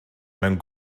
mewn